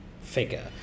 figure